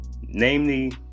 namely